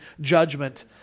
judgment